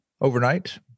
overnight